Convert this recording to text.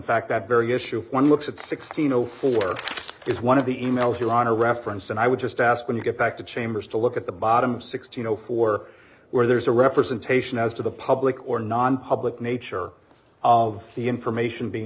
fact that very issue one looks at sixteen zero four is one of the e mails your honor reference and i would just ask when you get back to chambers to look at the bottom sixteen zero four where there's a representation as to the public or nonpublic nature of the information being